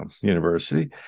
University